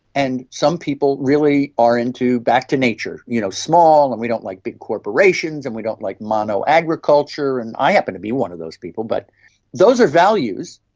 and some people really are into back to nature, you know, small, and we don't like big corporations and we don't like mono-agriculture. and i happen to be one of those people. but those are values.